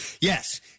Yes